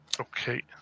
Okay